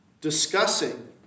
discussing